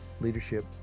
Leadership